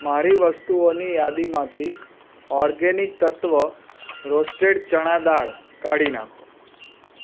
મારી વસ્તુઓની યાદીમાંથી ઓર્ગેનિક તત્ત્વ રોસ્ટેડ ચણા દાળ કાઢી નાખો